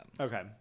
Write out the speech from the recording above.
Okay